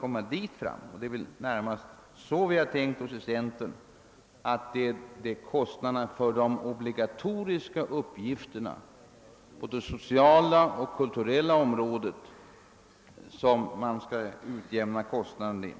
Inom centern har vi väl närmast menat, att det är kostnaderna för de obligatoriska uppgifterna på det sociala och kulturella området som skall utjämnas.